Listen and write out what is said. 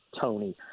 Tony